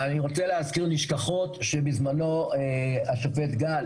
אני רוצה להזכיר נשכחות שבזמנו השופט גל